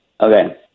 Okay